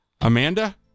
Amanda